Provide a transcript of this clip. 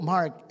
Mark